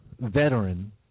veteran